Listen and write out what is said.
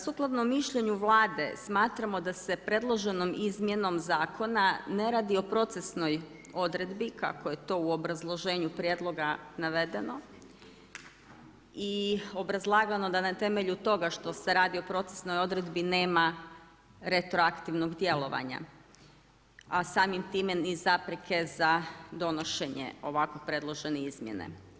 Sukladno mišljenju Vlade smatramo da se predloženom izmjenom zakona ne radi o procesnoj odredbi kako je to u obrazloženju prijedloga navedeno i obrazlagano da na temelju toga što se radi o procesnoj odredbi nema retroaktivnog djelovanja, a samim tim ni zapreke za donošenje ovako predložene izmjene.